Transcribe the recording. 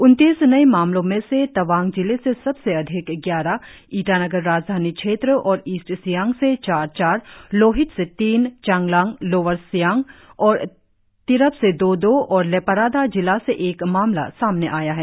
उनतीस नए मामलों में से तवांग जिले से सबसे अधिक ग्यारह ईटानगर राजधानी क्षेत्र और ईस्ट सियांग से चार चार लोहित से तीन चांगलांग लोअर सियांग तथा तिरप से दो दो और लेपारादा जिला से एक मामला सामने आया है